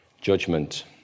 judgment